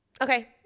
okay